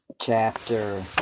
chapter